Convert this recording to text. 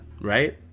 right